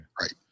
Right